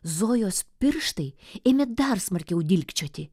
zojos pirštai ėmė dar smarkiau dilgčioti